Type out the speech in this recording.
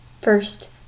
First